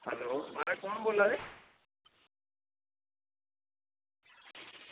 hello म्हाराज कुन्न बोल्ला दे ओ